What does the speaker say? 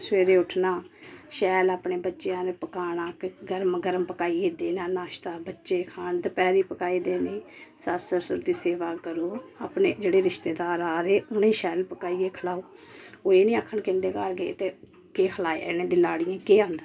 सबेरे उट्ठना शैल अपने बच्चेआं लेई पकाना फिर गर्म गर्म पकाइयै देना नाश्ता बच्चें खान दपैहरी पकाई देनी सस्स ससुर दी सेवा करो अपने जेह्ड़े रिश्तेदार आ दे उनेंगी शैल पकाइये खलाओ ओह् एह् नी आक्खन कि उन्दे घर गए ते केह् खलाया उंदी लाड़ियें गी केह् आंदा